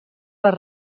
les